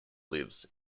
lives